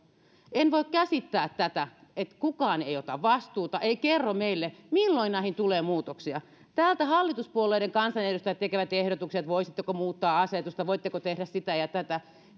en voi käsittää tätä että kukaan ei ota vastuuta ei kerro meille milloin näihin tulee muutoksia täältä hallituspuolueiden kansanedustajat tekevät ehdotuksia että voisitteko muuttaa asetusta voitteko tehdä sitä ja tätä